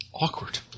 Awkward